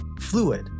fluid